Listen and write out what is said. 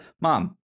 Mom